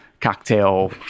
cocktail